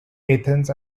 athens